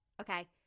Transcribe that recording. okay